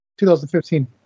2015